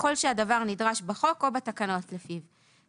ככל שהדבר נדרש בחוק או בתקנות לפיו'.